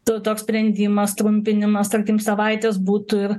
tu toks sprendimas trumpinimas tarkim savaitės būtų ir